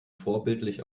vorbildlich